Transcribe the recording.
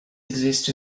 exist